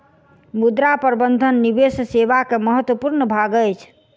मुद्रा प्रबंधन निवेश सेवा के महत्वपूर्ण भाग अछि